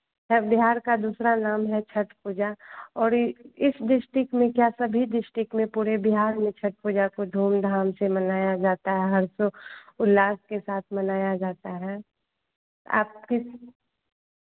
sir Bihar का दूसरा नाम है छठ पूजा और इ इस डिस्ट्रिक में क्या सभी डिस्ट्रिक में पूरे बिहार में छठ पूजा को धूम धाम से मनाया जाता हे हर्षो उल्लास के साथ मनाया जाता है आप किस